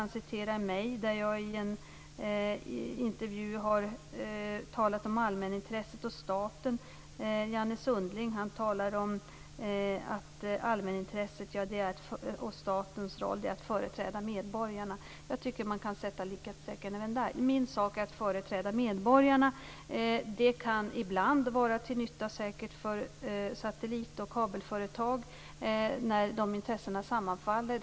Han refererar vad jag i en intervju sagt om allmänintresset och staten. Janne Sundling talar om allmänintresset och att statens roll är att företräda medborgarna. Jag tycker att man kan sätta likhetstecken även där. Min sak är att företräda medborgarna. Det kan ibland säkert vara till nytta för satellitoch kabelföretag när dessa intressen sammanfaller.